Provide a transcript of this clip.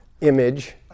image